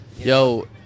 Yo